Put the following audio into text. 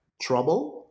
trouble